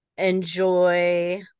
Enjoy